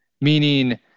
Meaning